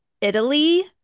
Italy